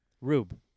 Rube